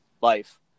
life